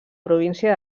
província